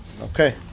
Okay